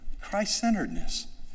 Christ-centeredness